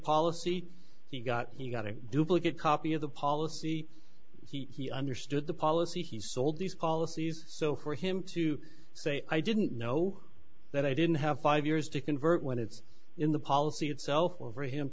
policy he got he got a duplicate copy of the policy he understood the policy he sold these policies so where him to say i didn't know that i didn't have five years to convert when it's in the policy itself or for him